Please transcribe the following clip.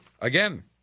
again